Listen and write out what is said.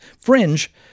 Fringe